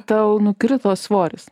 tau nukrito svoris